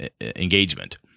engagement